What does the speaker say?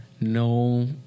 no